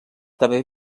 també